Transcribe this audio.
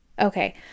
Okay